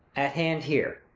at hand here.